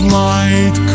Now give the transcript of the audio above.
light